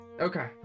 Okay